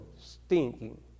stinking